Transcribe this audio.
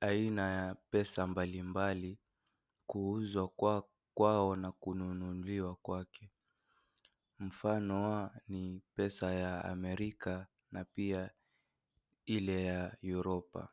aina ya pesa mbalimbali kuuzwa kwao na kununuliwa kwake mfano wao ni pesa ya Amerika na pia ile ya Europa.